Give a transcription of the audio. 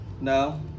no